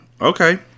Okay